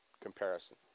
comparison